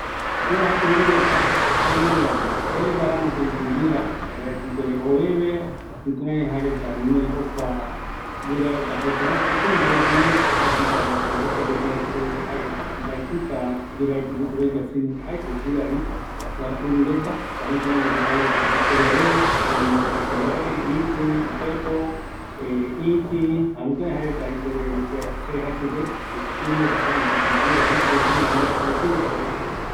Urureta jaenunga, seveguara jaeño guɨravi, jaereta oveve, jukuraï jaereta opaetei guinoï guirareta rami, mbaetɨta yae supe ambueva, oime guinoï, ipepo, ipɨ, oime guinoi opaete